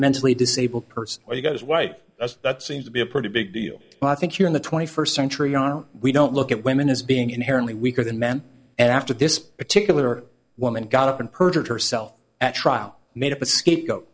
mentally disabled person or you got as white as that seems to be a pretty big deal but i think you're in the twenty first century aren't we don't look at women as being inherently weaker than men and after this particular woman got up and perjured herself at trial made up a scapegoat